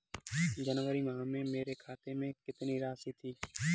जनवरी माह में मेरे खाते में कितनी राशि थी?